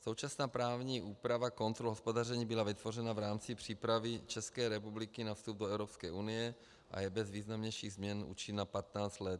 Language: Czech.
Současná právní úprava kontrol hospodaření byla vytvořena v rámci přípravy České republiky na vstup do Evropské unie a je bez významnějších změn účinná patnáct let.